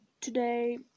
today